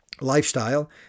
lifestyle